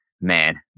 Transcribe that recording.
man